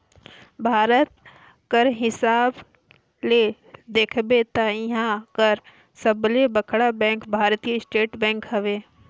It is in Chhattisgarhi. भारत कर हिसाब ले देखबे ता इहां कर सबले बड़खा बेंक भारतीय स्टेट बेंक हवे